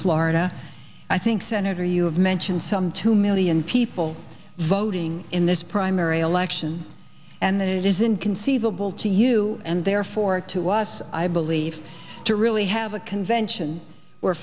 florida i think senator you have mentioned some two million people voting in this primary election and it is inconceivable to you and therefore to us i believe to really have a convention